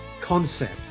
concept